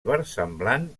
versemblant